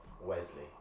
Wesley